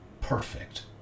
Perfect